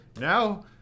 Now